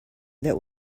that